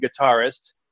guitarist